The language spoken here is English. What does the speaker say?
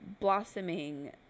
blossoming